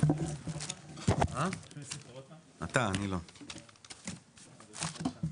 הישיבה ננעלה בשעה